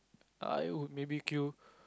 I would maybe queue